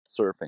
surfing